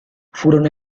furono